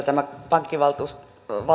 tämä pankkivaltuuston